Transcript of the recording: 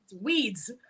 weeds